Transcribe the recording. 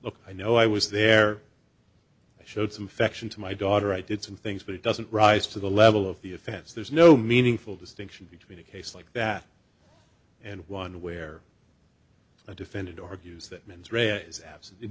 look i know i was there showed some affection to my daughter i did some things but it doesn't rise to the level of the offense there's no meaningful distinction between a case like that and one where i defended argues that